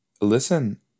Listen